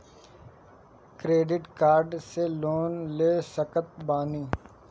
Credit card से loan ले सकत बानी?